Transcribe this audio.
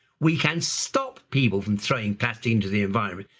we can stop people from throwing plastic into the environment,